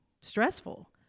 stressful